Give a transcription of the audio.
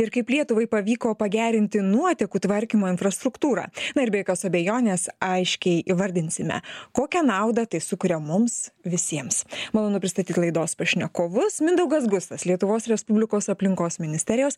ir kaip lietuvai pavyko pagerinti nuotekų tvarkymo infrastruktūrą na ir be jokios abejonės aiškiai įvardinsime kokią naudą tai sukuria mums visiems malonu pristatyt laidos pašnekovus mindaugas gustas lietuvos respublikos aplinkos ministerijos